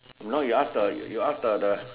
if not you ask the you ask the the the